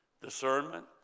discernment